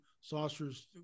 saucers